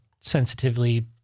sensitively